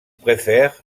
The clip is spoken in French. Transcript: préfère